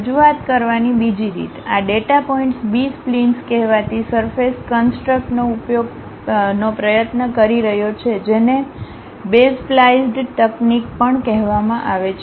રજૂઆત કરવાની બીજી રીત આ ડેટા પોઇન્ટ્સ બી સ્પ્લિન્સ કહેવાતી સરફેસ કન્સટ્રક્નો પ્રયત્ન કરી રહ્યો છે જેને બેઝ્પ્લાઇઝ્ડ તકનીક પણ કહેવામાં આવે છે